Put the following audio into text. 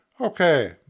okay